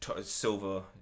silver